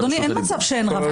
אדוני אין מצב שאין רב,